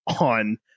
on